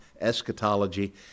eschatology